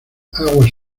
aguas